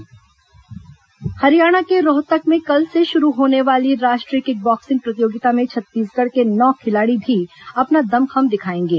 kick boxing body building Haryana के रोहतक में कल से शुरू होने वाली राष्ट्रीय किक बाक्सिंग प्रतियोगिता में छत्तीसगढ़ के नौ खिलाड़ी भी अपना दमखम दिखाएंगे